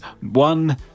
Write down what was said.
one